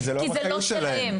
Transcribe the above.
כי זה לא שלהם.